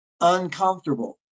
uncomfortable